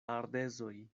ardezoj